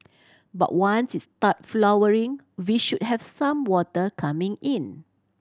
but once it start flowering we should have some water coming in